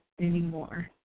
anymore